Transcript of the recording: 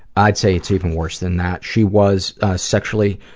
i'd say it's even worse than that. she was sexually